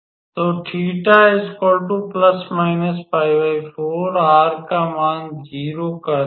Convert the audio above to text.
तो 𝜃 ±𝜋4 r का मान 0 कर देगा